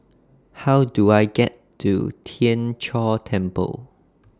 How Do I get to Tien Chor Temple